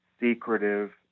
secretive